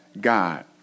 God